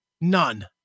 None